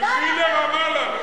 תלכי לרמאללה.